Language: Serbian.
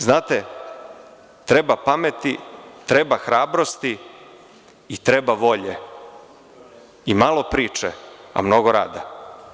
Znate, treba pameti, treba hrabrosti i treba volje i malo priče, a mnogo rada.